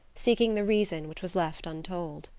seeking the reason which was left untold.